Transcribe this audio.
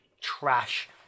trash